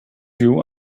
you